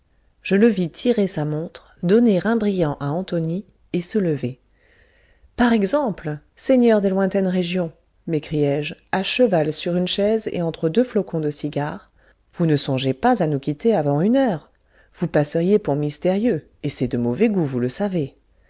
je le vis tirer sa montre donner un brillant à antonie et se lever par exemple seigneur des lointaines régions m'écriai-je à cheval sur une chaise et entre deux flocons de cigare vous ne songez pas à nous quitter avant une heure vous passeriez pour mystérieux et c'est de mauvais goût vous le savez